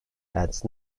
adds